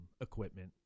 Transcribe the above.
equipment